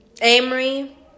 Amory